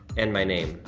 and my name,